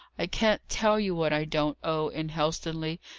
i can't tell you what i don't owe in helstonleigh,